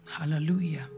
Hallelujah